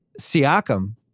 Siakam